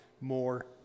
more